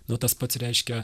nu tas pats reiškia